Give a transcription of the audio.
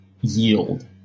yield